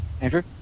Andrew